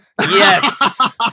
Yes